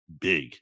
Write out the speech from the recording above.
big